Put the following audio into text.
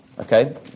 Okay